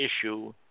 issue